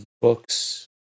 books